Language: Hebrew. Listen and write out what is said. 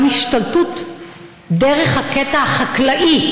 גם השתלטות דרך הקטע החקלאי,